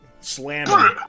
slam